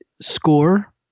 score